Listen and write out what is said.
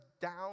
down